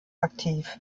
aktiv